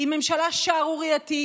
היא ממשלה שערורייתית.